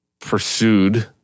pursued